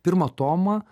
pirmą tomą